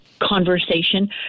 conversation